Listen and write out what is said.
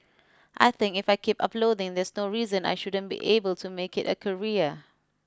I think if I keep uploading there's no reason I shouldn't be able to make it a career